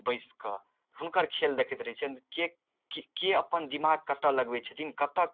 बैसकऽ हुनकर खेल देखैत रहै छियनि के अपन दिमाग कतऽ लगबै छथिन कतऽ